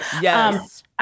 Yes